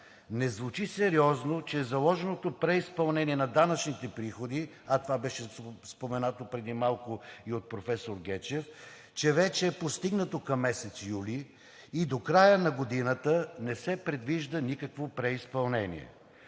Не звучи сериозно, че заложеното преизпълнение на данъчните приходи, а това беше споменато преди малко и от професор Гечев, че вече е постигнато към месец юли и до края на годината не се предвижда никакво преизпълнение.